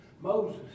Moses